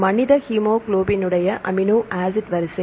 மனித ஹீமோகுளோபினுடைய amino acid வரிசை